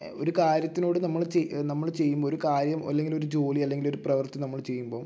ഒരു കാര്യത്തിനോട് നമ്മൾ ചെയ്യു നമ്മൾ ചെയ്യുമ്പോൾ ഒരു കാര്യം അല്ലെങ്കിൽ ഒരു ജോലി അല്ലെങ്കിൽ ഒരു പ്രവൃത്തി നമ്മൾ ചെയ്യുമ്പം